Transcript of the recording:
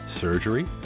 surgery